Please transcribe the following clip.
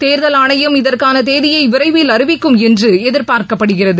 தேர்தல் ஆணையம் இதற்கான தேதியை விரைவில் அறிவிக்கும் என்று எதிர்பார்க்கப்படுகிறது